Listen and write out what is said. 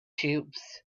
cubes